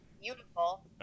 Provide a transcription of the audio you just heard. beautiful